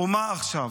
ומה עכשיו,